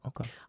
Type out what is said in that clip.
Okay